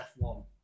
F1